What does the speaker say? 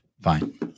Fine